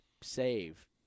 save